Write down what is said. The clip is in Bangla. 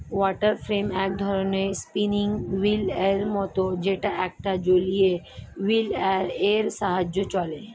ওয়াটার ফ্রেম এক ধরণের স্পিনিং হুইল এর মতন যেটা একটা জলীয় হুইল এর সাহায্যে চলে